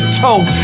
toe